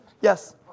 Yes